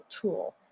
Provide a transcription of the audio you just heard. tool